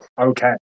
okay